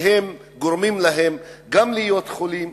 שהם גורמים להם גם להיות חולים,